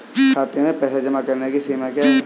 खाते में पैसे जमा करने की सीमा क्या है?